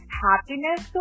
happiness